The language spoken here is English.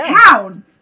town